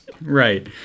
right